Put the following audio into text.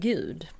Gud